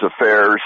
Affairs